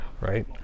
Right